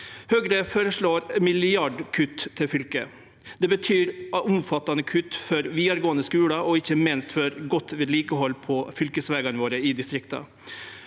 Høgre føreslår milliardkutt til fylket. Det betyr omfattande kutt for vidaregåande skular og ikkje minst for godt vedlikehald på fylkesvegane i distrikta.